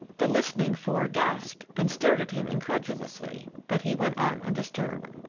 the listening four gasped and stared at him incredulously, but he went on undisturbed.